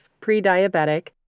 pre-diabetic